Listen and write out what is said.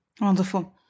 Wonderful